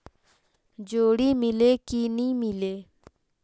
जोणी मीले कि नी मिले?